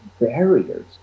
barriers